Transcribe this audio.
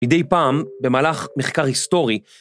מדי פעם במהלך מחקר היסטורי